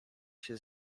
się